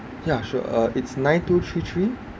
yeah sure uh it's nine two three three